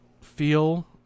feel